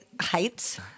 heights